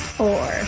four